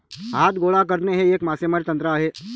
हात गोळा करणे हे एक मासेमारी तंत्र आहे